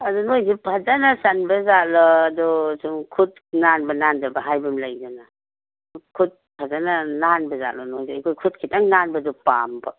ꯑꯗꯨ ꯅꯣꯏꯗꯨ ꯐꯖꯅ ꯆꯟꯕꯖꯥꯠꯂ ꯑꯗꯨꯁꯨꯝ ꯈꯨꯠ ꯅꯥꯟꯕ ꯅꯥꯟꯗꯕ ꯍꯥꯏꯕ ꯑꯃ ꯂꯩꯗꯅ ꯈꯨꯠ ꯐꯖꯅ ꯅꯥꯟꯕꯖꯥꯠꯂꯣ ꯅꯣꯏꯗꯣ ꯑꯩꯈꯣꯏ ꯈꯨꯠ ꯈꯤꯇꯪ ꯅꯥꯟꯕꯗꯣ ꯄꯥꯝꯕ